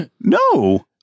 no